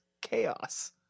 chaos